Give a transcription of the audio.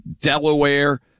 Delaware